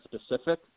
specific